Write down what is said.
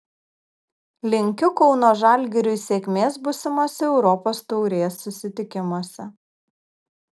linkiu kauno žalgiriui sėkmės būsimose europos taurės susitikimuose